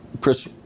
Chris